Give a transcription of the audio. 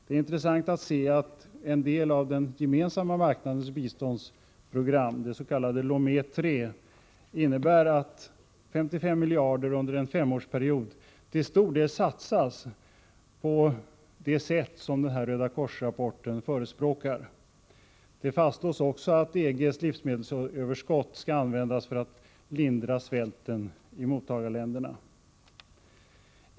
Det är intressant att se att en del av den gemensamma marknadens biståndsprogram, det s.k. Lome III, innebär att 55 miljarder kronor under en femårsperiod till stor del satsas på det sätt som Rödakors-rapporten förespråkar. Det fastslås också att EG:s livsmedelsöverskott skall användas för att lindra svälten i mottagarländerna.